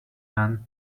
and